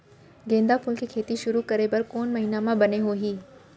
गेंदा फूल के खेती शुरू करे बर कौन महीना मा बने होही?